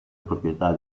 proprietà